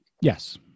Yes